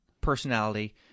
personality